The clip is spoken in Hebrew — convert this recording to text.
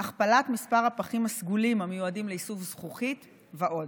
הכפלת מספר הפחים הסגולים המיועדים לאיסוף זכוכית ועוד.